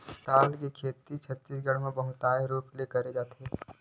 पताल के खेती छत्तीसगढ़ म बहुताय रूप ले करे जाथे